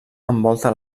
envolta